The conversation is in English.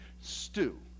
stew